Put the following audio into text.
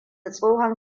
tsohon